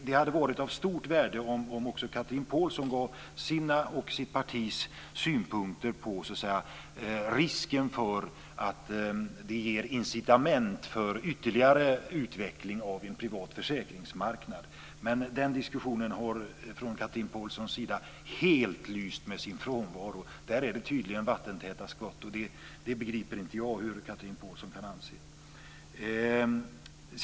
Det hade varit av stort värde om också Chatrine Pålsson hade gett sina och sitt partis synpunkter på risken för att det ger incitament för ytterligare utveckling av en privat försäkringsmarknad. Men den diskussionen har från Chatrine Pålssons sida helt lyst med sin frånvaro. Där är det tydligen vattentäta skott, och det begriper jag inte hur Chatrine Pålsson kan anse.